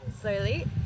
slowly